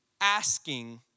asking